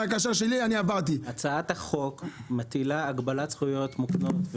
הצעת החוק מטילה הגבלת זכויות מוקנות,